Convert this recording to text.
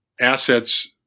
assets